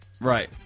Right